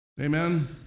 Amen